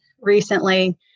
recently